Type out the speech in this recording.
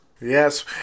Yes